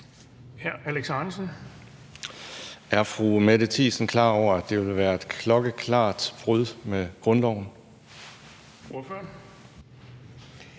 Er fru Mette Thiesen klar over, at det vil være et klokkeklart brud med grundloven?